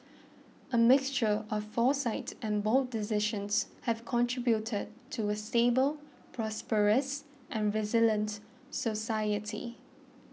a mixture of foresight and bold decisions have contributed to a stable prosperous and resilient society